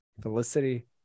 Felicity